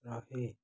ରହେ